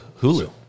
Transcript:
Hulu